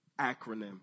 acronym